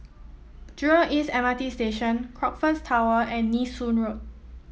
Jurong East M R T Station Crockfords Tower and Nee Soon Road